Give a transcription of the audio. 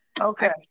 Okay